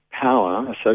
power